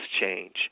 change